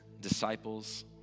disciples